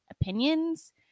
opinions